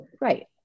Right